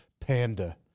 Panda